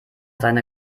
seine